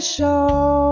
Show